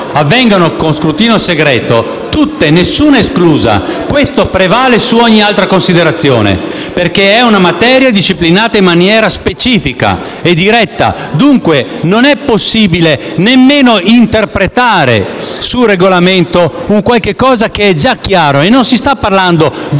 avvengano con scrutinio segreto - tutte, nessuna esclusa - questo prevale su ogni altra considerazione, in quanto è una materia disciplinata in maniera specifica e diretta. Dunque, non è possibile nemmeno interpretare qualcosa che nel Regolamento è già chiaro. Non si sta parlando di una